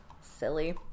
Silly